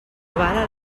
avala